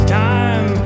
time